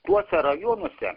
tuose rajonuose